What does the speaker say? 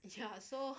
ya so